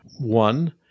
one